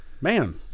Man